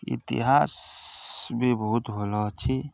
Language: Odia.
ଇତିହାସ ବି ବହୁତ ଭଲ ଅଛି